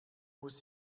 muss